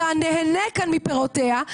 אתה נהנה כאן מפירותיה,